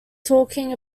talking